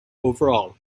overall